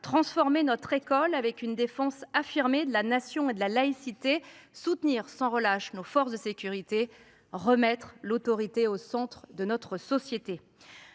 transformer notre école, avec une défense affirmée de la Nation et de la laïcité ; soutenir sans relâche nos forces de sécurité ; remettre l’autorité au centre de notre société.